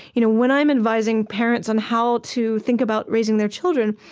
you know when i'm advising parents on how to think about raising their children,